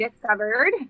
discovered